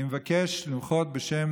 אני מבקש למחות בשם